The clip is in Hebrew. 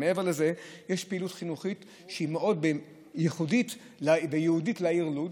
מעבר לזה יש פעילות חינוכית שהיא מאוד ייחודית וייעודית לעיר לוד,